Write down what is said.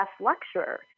lecturer